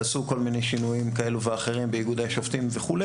עשו כל מיני שינויים כאלו ואחרים באיגוד השופטים וכו',